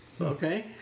Okay